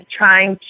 trying